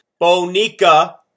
Bonica